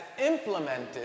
implemented